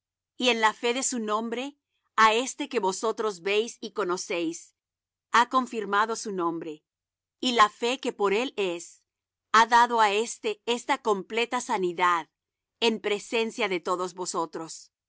y en la fe de su nombre á éste que vosotros veis y conocéis ha confirmado su nombre y la fe que por él es ha dado á este esta completa sanidad en presencia de todos vosotros